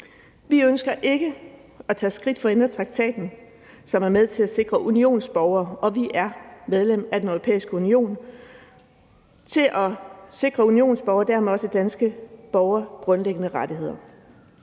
Vi ønsker ikke at tage skridt for at ændre traktaten, som er med til at sikre unionsborgere – og vi er medlem af Den Europæiske Union – og dermed også danske borgere grundlæggende rettigheder.